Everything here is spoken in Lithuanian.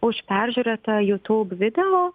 už peržiūrėtą jutūb video